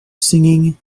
singing